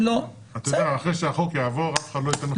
אחרי שהחוק יעבור, אף אחד לאיתן לך פטור.